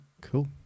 cool